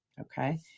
okay